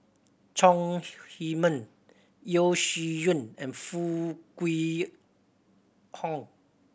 Chong Heman Yeo Shih Yun and Foo Kwee Horng